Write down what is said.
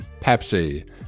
pepsi